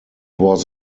was